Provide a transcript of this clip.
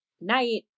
night